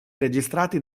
registrati